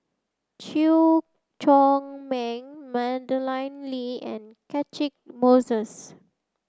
Chew Chor Meng Madeleine Lee and Catchick Moses